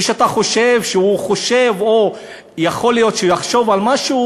מי שאתה חושב שהוא חושב או יכול להיות שהוא יחשוב על משהו,